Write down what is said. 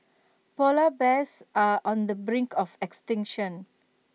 Polar Bears are on the brink of extinction